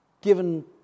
given